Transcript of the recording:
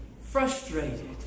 frustrated